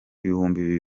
ibihumbi